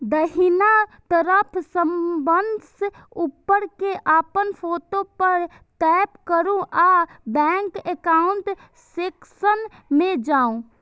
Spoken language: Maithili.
दाहिना तरफ सबसं ऊपर मे अपन फोटो पर टैप करू आ बैंक एकाउंट सेक्शन मे जाउ